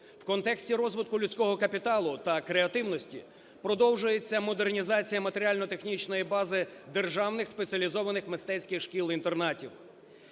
В контексті розвитку людського капіталу та креативності продовжується модернізація матеріально-технічної бази державних спеціалізованих мистецьких шкіл-інтернатів.